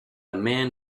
man